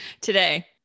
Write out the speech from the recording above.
today